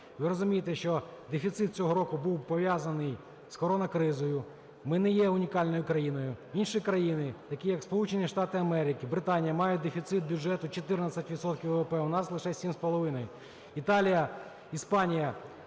Ви розумієте, що дефіцит цього року був пов'язаний з коронакризою, ми не є унікальною країною. Інші країни, такі як Сполучені Штати Америки, Британія, мають дефіцит бюджету 14 відсотків ВВП, а у нас лише – 7,5. Італія, Іспанія